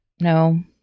No